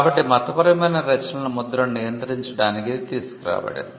కాబట్టి మతపరమైన రచనల ముద్రణ నియంత్రించడానికి ఇది తీసుకు రాబడింది